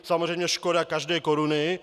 Samozřejmě škoda každé koruny.